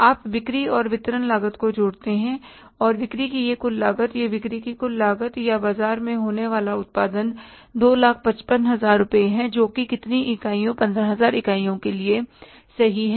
आप बिक्री और वितरण लागत को जोड़ते हैं और बिक्री की यह कुल लागत यह बिक्री की कुल लागत या बाजार में होने वाला उत्पादन 255000 रुपये है जो कि कितनी इकाइयों 15000 इकाइयों के लिए सही है